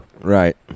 Right